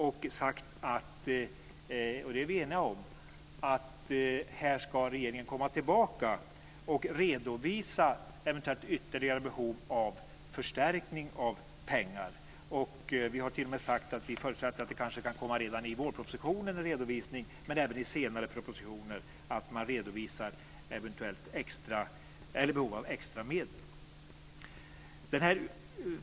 Vi har sagt, och det är vi eniga om, att regeringen ska komma tillbaka och redovisa eventuella ytterligare behov av förstärkningar när det gäller pengar. Vi har t.o.m. sagt att vi förutsätter att det kanske redan i vårpropositionen kan komma en redovisning, men även i senare propositioner, alltså att man redovisar eventuellt behov av extra medel.